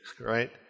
right